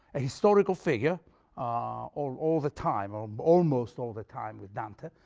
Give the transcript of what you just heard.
a historical figure all the time, um almost all the time with dante,